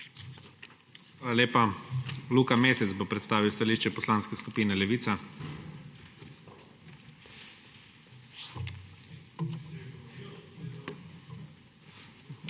Hvala lepa. Luka Mesec bo predstavil stališče Poslanske skupine Levica. **LUKA